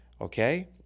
okay